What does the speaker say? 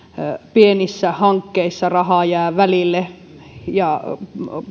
pienissä hankkeissa rahaa jää välille ja